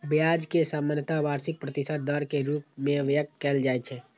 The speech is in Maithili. ब्याज कें सामान्यतः वार्षिक प्रतिशत दर के रूप मे व्यक्त कैल जाइ छै